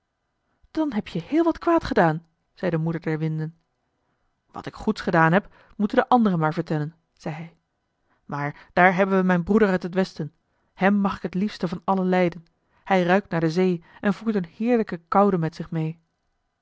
dan heb je heel wat kwaad gedaan zei de moeder der winden wat ik goeds gedaan heb moeten de anderen maar vertellen zei hij maar daar hebben we mijn broeder uit het westen hem mag ik het liefste van allen lijden hij ruikt naar de zee en voert een heerlijke koude met zich mee